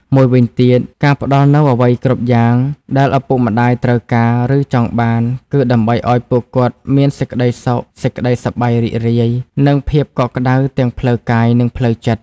មួយវិញទៀត ការផ្តល់នូវអ្វីៗគ្រប់យ៉ាងដែលឪពុកម្តាយត្រូវការ ឬចង់បាន គឺដើម្បីឲ្យពួកគាត់មានសេចក្តីសុខ សេចក្តីសប្បាយរីករាយ និងភាពកក់ក្តៅទាំងផ្លូវកាយនិងផ្លូវចិត្ត។